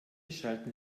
schalten